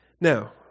now